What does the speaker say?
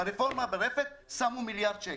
ברפורמה ברפת שמו מיליארד שקלים.